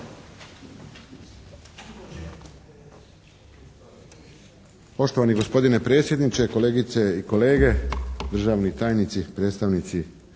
Poštovani gospodine predsjedniče, kolegice i kolege, državni tajnici, predstavnici